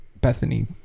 Bethany